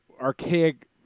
archaic